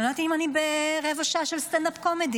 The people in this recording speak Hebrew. אני לא ידעתי אם אני ברבע שעה של סטנד-אפ קומדי.